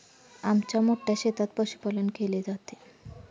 आमच्या मोठ्या शेतात पशुपालन केले जाते